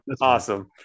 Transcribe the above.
Awesome